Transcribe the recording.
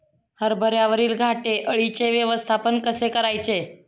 हरभऱ्यावरील घाटे अळीचे व्यवस्थापन कसे करायचे?